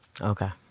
Okay